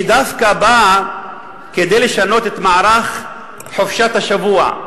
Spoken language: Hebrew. שדווקא באה כדי לשנות את מערך חופשת השבוע,